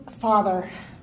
father